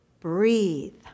breathe